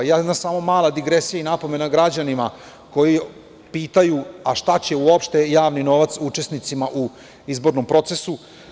Jedna samo mala digresija i napomena građanima koji pitaju - šta će uopšte javni novac učesnicima u izbornom procesu?